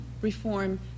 reform